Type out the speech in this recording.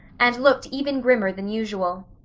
and looked even grimmer than usual.